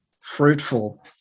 fruitful